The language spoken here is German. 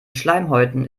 schleimhäuten